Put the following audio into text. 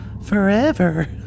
forever